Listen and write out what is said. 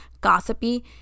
gossipy